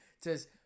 says